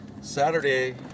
Saturday